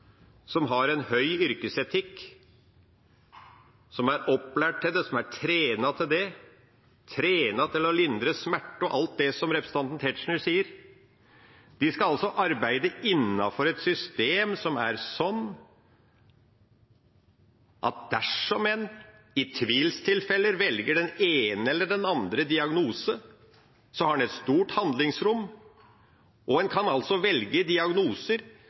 som har en høy yrkesetikk, som er opplært til det, og som er trent opp til det, trent opp til å lindre smerte og trent opp til alt det som representanten Tetzschner sa, skal arbeide innenfor et system som er slik at dersom en i tvilstilfeller velger den ene eller den andre diagnosen, har en et stort handlingsrom, og en kan velge diagnoser